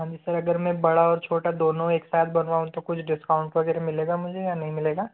हाँ जी सर अगर मैं बड़ा और छोटा दोनों एक साथ बनवाऊँ तो कुछ डिस्काउंट वग़ैरह मिलेगा मुझे या नहीं मिलेगा